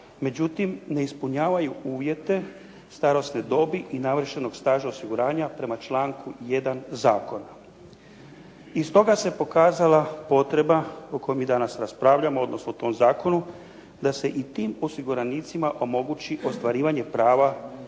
Međutim, ne ispunjavaju uvjete starosne dobi i navršenog staža osiguranja prema članku 1. zakona. Iz toga se pokazala potreba o kojoj mi danas raspravljamo, odnosno o tom zakonu, da se i tim osiguranicima omogući ostvarivanje prava na